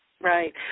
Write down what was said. Right